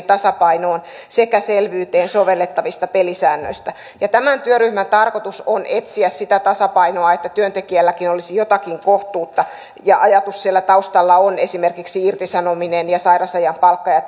tasapainoon sekä selvyyteen sovellettavista pelisäännöistä tämän työryhmän tarkoitus on etsiä sitä tasapainoa että työntekijälläkin olisi jotakin kohtuutta ja ajatus siellä taustalla liittyy esimerkiksi irtisanomiseen ja sairausajan palkkaan ja